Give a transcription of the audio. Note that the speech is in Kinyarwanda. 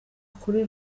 kuri